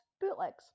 bootlegs